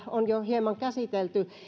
on jo hieman käsitelty